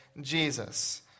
Jesus